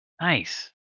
nice